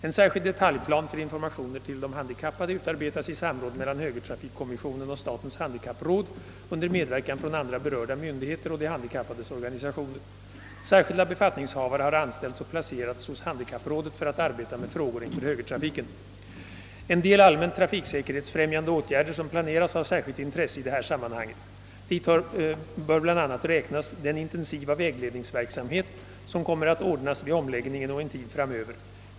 En särskild detaljplan för informationer till de handikappade utarbetas i samråd mellan högertrafikkommissionen och statens handikappråd under medverkan från andra berörda myndigheter och de handikappades organisationer. Särskilda befattningshavare har anställts och placerats hos handikapprådet för att arbeta med frågor inför högertrafiken. jande åtgärder som planeras har särskilt intresse i det här sammanhanget. Dit bör bl.a. räknas den intensiva vägledningsverksamhet som kommer att ordnas vid omläggningen och en tid fram över.